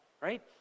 right